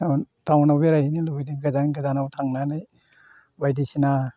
town टाउनाव बेरायहैनो लुबैदों गोजान गोजानाव थांनानै बायदिसिना